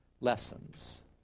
lessons